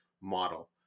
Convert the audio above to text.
model